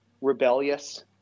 rebellious